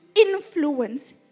influence